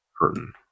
curtain